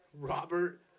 Robert